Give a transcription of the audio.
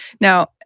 Now